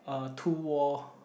a two wall